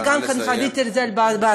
אני גם חוויתי את זה בעצמי.